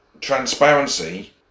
Transparency